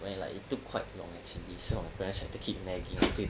then like it took quite long actually so my parents had to keep nagging until